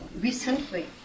recently